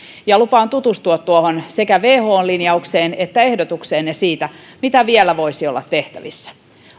ja lupaan tutustua sekä tuohon whon linjaukseen että ehdotukseenne siitä mitä vielä voisi olla tehtävissä